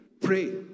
Pray